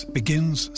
begins